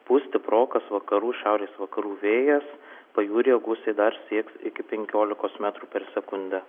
pūs stiprokas vakarų šiaurės vakarų vėjas pajūryje gūsiai dar sieks iki penkiolikos metrų per sekundę